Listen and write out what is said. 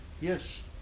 Yes